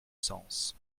sens